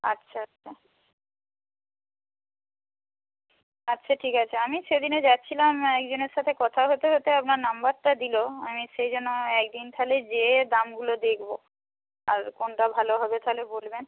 আচ্ছা আচ্ছা আচ্ছা ঠিক আছে আমি সেদিনে যাচ্ছিলাম একজনের সাথে কথা হতে হতে আপনার নাম্বারটা দিল আমি সেই জন্য এক দিন তাহলে গিয়ে দামগুলো দেখব আর কোনটা ভালো হবে তাহলে বলবেন